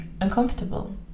uncomfortable